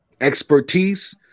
expertise